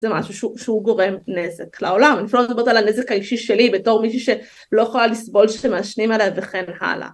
זה משהו שהוא גורם נזק לעולם אני אפילו לא מדברת על הנזק האישי שלי בתור מישהי שלא יכולה לסבול שמעשנים עליה וכן הלאה